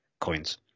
coins